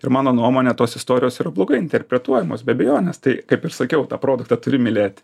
ir mano nuomone tos istorijos yra blogai interpretuojamos be abejonės tai kaip ir sakiau tą produktą turi mylėt